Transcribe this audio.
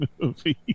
movie